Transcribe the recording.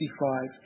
1965